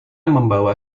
membawa